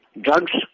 Drugs